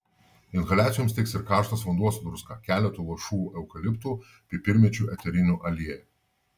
inhaliacijoms tiks ir karštas vanduo su druska keletu lašų eukaliptų pipirmėčių eterinių aliejų